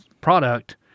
product